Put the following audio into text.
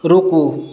रुकु